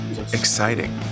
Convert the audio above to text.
Exciting